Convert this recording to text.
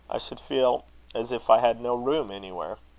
i should feel as if i had no room anywhere.